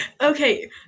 okay